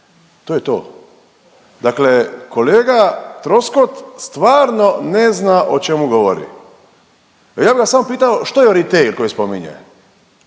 to je to. Dakle, kolega Troskot stvarno ne zna o čemu govori, a ja bi ga samo pitao što je …/Govornik se ne